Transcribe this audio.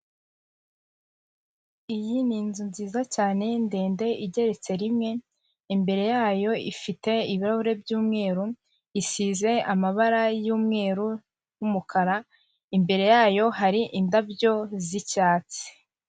Iyi ni inzu nziza cyane ndende igeretse rimwe imbere yayo ifite ibirahure by'mweru isize amabara y'mweru n'umukara imbere yayo hari indabyo z'icyatsi.